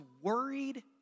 worried